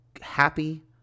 happy